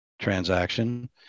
transaction